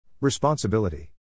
Responsibility